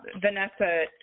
Vanessa